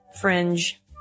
fringe